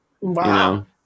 Wow